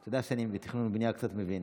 אתה יודע שאני בתכנון ובנייה קצת מבין.